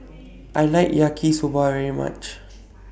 I like Yaki Soba very much